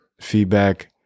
feedback